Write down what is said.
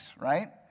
right